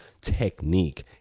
technique